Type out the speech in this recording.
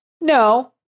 No